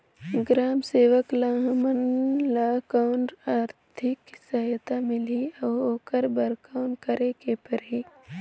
ग्राम सेवक ल हमला कौन आरथिक सहायता मिलही अउ ओकर बर कौन करे के परही?